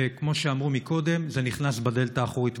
וכמו שאמרו קודם: זה נכנס בדלת האחורית.